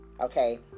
Okay